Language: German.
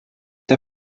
der